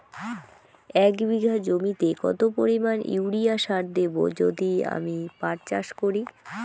এক বিঘা জমিতে কত পরিমান ইউরিয়া সার দেব যদি আমি পাট চাষ করি?